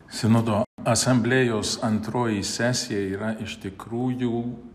sinodo asamblėjos antroji sesija yra iš tikrųjų